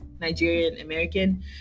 Nigerian-American